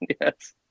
Yes